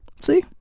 See